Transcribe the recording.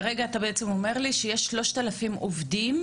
כרגע אתה בעצם אומר לי שיש 3,000 עובדות